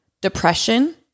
depression